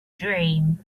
dream